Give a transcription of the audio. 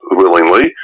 willingly